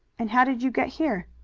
and how did you get here?